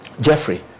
jeffrey